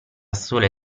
sole